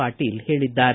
ಪಾಟೀಲ್ ಹೇಳಿದ್ದಾರೆ